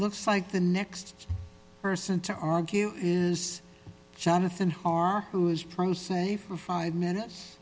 looks like the next person to argue is jonathan har who is pro se for five minutes